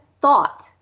thought